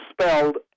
spelled